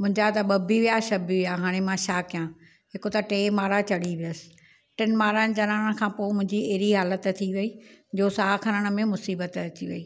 मुंहिंजा त ॿ बि विया छह बि विया हाणे मां छा हिकु त टे माड़ा चढ़ी वियसि टिनि माड़नि चढ़ण खां पोइ मुंहिंजी त अहिड़ी हालत थी वई जो साहु खणण में मुसीबत अची वई